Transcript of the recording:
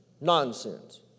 Nonsense